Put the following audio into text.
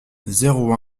zéro